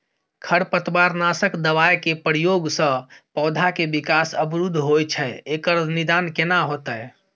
खरपतवार नासक दबाय के प्रयोग स पौधा के विकास अवरुध होय छैय एकर निदान केना होतय?